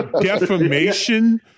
defamation